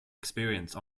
experience